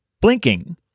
blinking